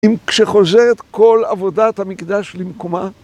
אם כשחוזרת כל עבודת המקדש למקומה...